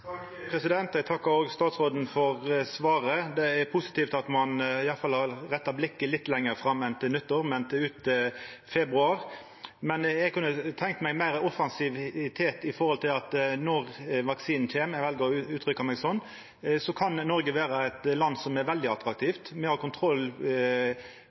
Eg takkar statsråden for svaret. Det er positivt at ein i alle fall har retta blikket litt lenger fram enn til nyttår – ut februar. Men eg kunne ha tenkt meg at ein var meir offensiv, slik at når vaksinen kjem – eg vel å uttrykkja meg sånn – kan Noreg vera eit land som er veldig